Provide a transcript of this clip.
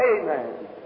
Amen